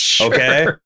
Okay